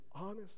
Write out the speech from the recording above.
honest